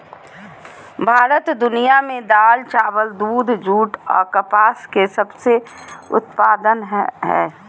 भारत दुनिया में दाल, चावल, दूध, जूट आ कपास के सबसे उत्पादन हइ